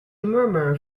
murmur